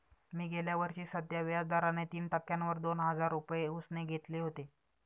मी गेल्या वर्षी साध्या व्याज दराने तीन टक्क्यांवर दोन हजार रुपये उसने घेतले होते